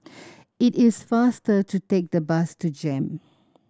it is faster to take the bus to JEM